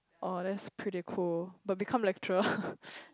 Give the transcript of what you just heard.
oh that's pretty cool but become lecturer